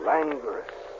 Languorous